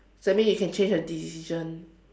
so that means you can change the decision